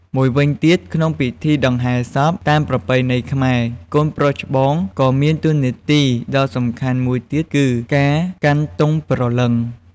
មួយវិញទៀតក្នុងពិធីដង្ហែសពតាមប្រពៃណីខ្មែរ កូនប្រុសច្បងក៏មានតួនាទីដ៏សំខាន់មួយទៀត គឺការកាន់ទង់ព្រលឹង។